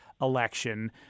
election